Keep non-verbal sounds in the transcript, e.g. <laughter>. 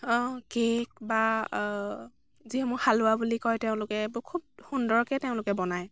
cake বা যিসমূহ হালোৱা বুলি কয় তেওঁলোকে <unintelligible> খুব সুন্দৰকৈ তেওঁলোকে বনায়